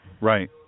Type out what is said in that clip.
Right